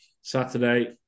Saturday